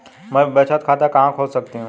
मैं बचत खाता कहां खोल सकती हूँ?